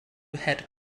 head